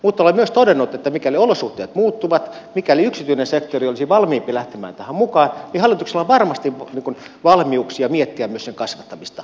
mutta olen myös todennut että mikäli olosuhteet muuttuvat mikäli yksityinen sektori olisi valmiimpi lähtemään tähän mukaan niin hallituksella on varmasti valmiuksia miettiä myös sen kasvattamista